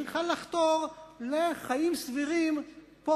היא צריכה לחתור לחיים סבירים פה,